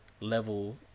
level